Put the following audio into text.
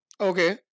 Okay